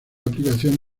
aplicación